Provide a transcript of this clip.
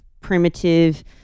primitive